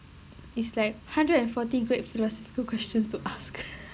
is like hundred and forty great philosophical questions to ask